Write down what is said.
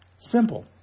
Simple